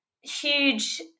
huge